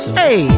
hey